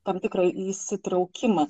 tam tikrą įsitraukimą